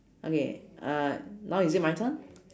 okay uh now is it my turn